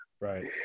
Right